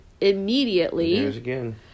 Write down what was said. immediately